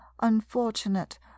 unfortunate